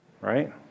right